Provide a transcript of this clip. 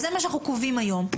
זה מה שאנחנו קובעים היום.